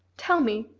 tell me!